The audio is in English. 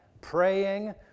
praying